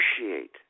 Appreciate